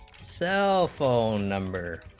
so phone number